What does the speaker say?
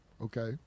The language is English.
okay